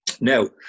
now